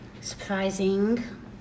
surprising